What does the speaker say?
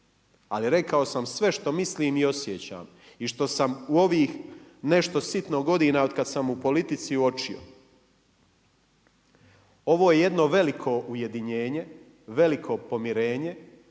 Ali, rekao sam sve što mislim i osjećam i što sam u ovih nešto sitno godina, od kada sam u politici uočio. Ovo je jedno veliko ujedinjenje, veliko pomirenje,